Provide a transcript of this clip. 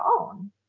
own